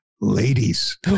ladies